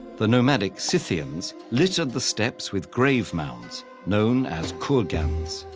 the nomadic scythians littered the steppes with grave mounds known as kurgans.